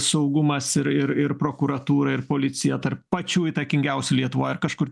saugumas ir ir ir prokuratūra ir policija tarp pačių įtakingiausių lietuvoje ar kažkur